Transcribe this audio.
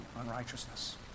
unrighteousness